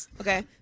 okay